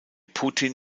putin